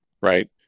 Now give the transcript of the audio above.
right